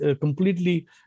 completely